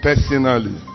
Personally